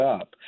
up